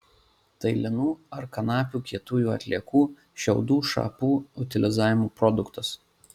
tai linų ar kanapių kietųjų atliekų šiaudų šapų utilizavimo produktas